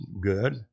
good